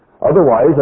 otherwise